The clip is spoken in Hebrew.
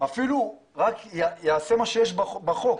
והם אפילו יסתפקו בזה שמישהו יעשה את מה שישנו בחוק,